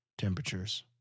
temperatures